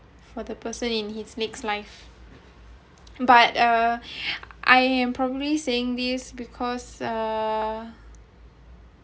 for the person in his next life but uh I am probably saying this because uh